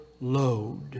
load